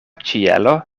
ĉielo